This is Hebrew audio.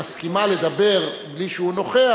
מסכימה לדבר בלי שהוא נוכח,